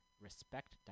Respect